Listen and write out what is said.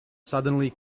suddenly